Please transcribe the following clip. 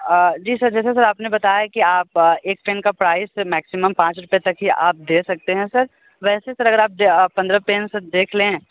जी sir जैसा sir आपने बताया की आप एक पेन का प्राइस मेक्सिमम पाँच रुपए तक ही आप दे सकते हैं सर वैसे सर अगर आप पंद्रह पेन देख लें